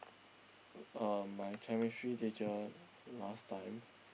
uh my chemistry teacher last time